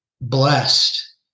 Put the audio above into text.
blessed